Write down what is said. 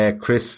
Chris